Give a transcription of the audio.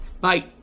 Bye